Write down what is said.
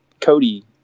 Cody